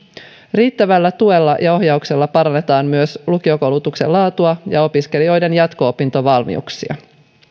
riittävällä tuella ja ohjauksella parannetaan myös lukiokoulutuksen laatua ja opiskelijoiden jatko opintovalmiuksia